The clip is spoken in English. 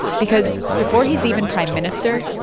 because before he's even prime minister,